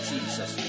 Jesus